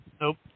Nope